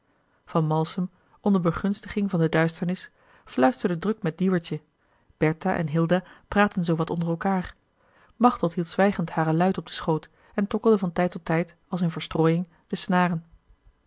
van malsem onder begunstiging van de duisternis fluisterde druk met dieuwertje bertha en hilda praatten zoo wat onder elkaâr machteld hield zwijgend hare luit op den schoot en tokkelde van tijd tot tijd als in verstrooiing de snaren